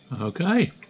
Okay